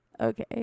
okay